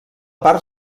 part